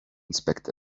inspect